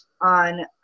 on